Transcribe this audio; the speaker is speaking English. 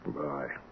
bye